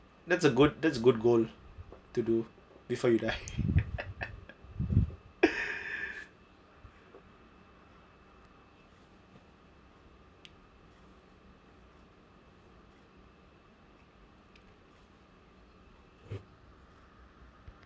that's a good that's good goal to do before you die